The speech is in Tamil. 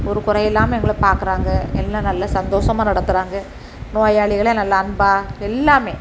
ஒரு கொறை இல்லாமல் எங்களை பாக்கிறாங்க எல்லாம் நல்ல சந்தோஷமா நடத்துகிறாங்க நோயாளிகளை நல்லா அன்பாக எல்லாமே